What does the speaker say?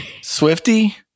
Swifty